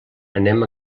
anem